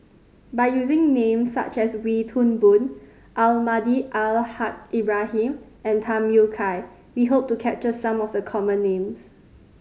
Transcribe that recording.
by using names such as Wee Toon Boon Almahdi Al Haj Ibrahim and Tham Yui Kai we hope to capture some of the common names